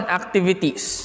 activities